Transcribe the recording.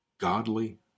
godly